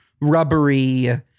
rubbery